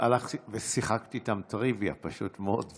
הלכתי ושיחקתי איתם טריוויה, פשוט מאוד.